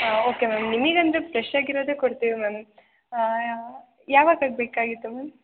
ಹಾಂ okay ma'am ನಿಮಗ್ ಅಂದರೆ ಫ್ರೆಶ್ ಆಗಿರೋದೇ ಕೊಡ್ತೀವಿ ಮ್ಯಾಮ್ ಯಾವಾಗ ಬೇಕಾಗಿತ್ತು ಮ್ಯಾಮ್